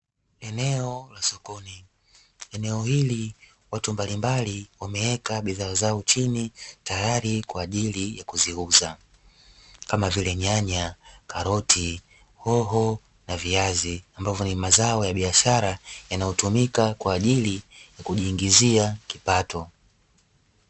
Eneo la sokoni eneo hili watu mbalimbali wameweka bidhaa zao chini, tayari kwa ajili ya kuziuza. Kama vile; nyanya, karoti, hoho na viazi ambavyo ni mazao ya biashara yanayotumika kwa ajili kujiingizia kipato.